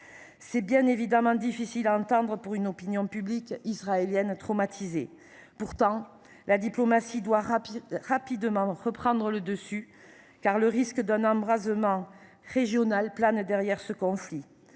sont bien évidemment difficiles à entendre pour une opinion publique israélienne traumatisée. Pourtant, la diplomatie doit rapidement reprendre le dessus, car le risque d’un embrasement régional plane sur le conflit.